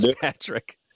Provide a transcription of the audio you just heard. Patrick